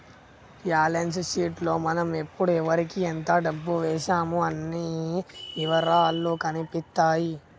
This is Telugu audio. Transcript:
బ్యేలన్స్ షీట్ లో మనం ఎప్పుడు ఎవరికీ ఎంత డబ్బు వేశామో అన్ని ఇవరాలూ కనిపిత్తాయి